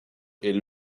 est